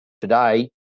today